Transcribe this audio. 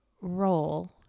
role